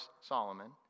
Solomon